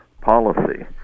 policy